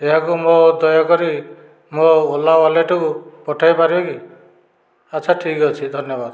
ଏହାକୁ ମୋ ଦୟାକରି ମୋ ଓଲା ୱାଲେଟକୁ ପଠାଇ ପାରିବେ କି ଆଚ୍ଛା ଠିକ୍ ଅଛି ଧନ୍ୟବାଦ